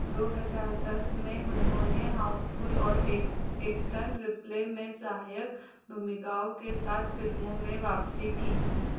दो हज़ार दस में उन्होंने हाउसफुल और एक्शन रिप्ले में सहायक भूमिकाओं के साथ फिल्मों में वापसी की